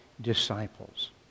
disciples